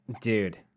Dude